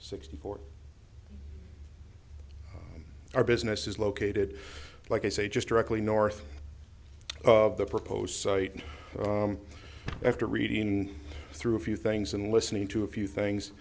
sixty four our business is located like i say just directly north of the proposed site and after reading through a few things and listening to a few